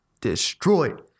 destroyed